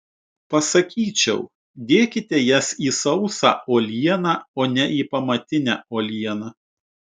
pasakyčiau dėkite jas į sausą uolieną o ne į pamatinę uolieną